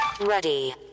Ready